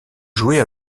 jouer